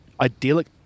idyllic